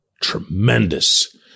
tremendous